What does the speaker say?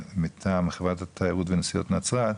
מטעם חברת התיירות והנסיעות נצרת,